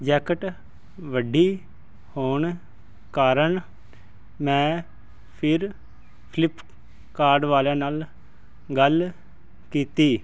jacket ਵੱਡੀ ਹੋਣ ਕਾਰਨ ਮੈਂ ਫਿਰ ਫਲਿੱਪਕਾਰਡ ਵਾਲਿਆਂ ਨਾਲ ਗੱਲ ਕੀਤੀ